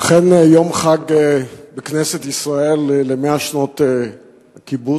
אכן, יום חג בכנסת ישראל ל-100 שנות קיבוץ.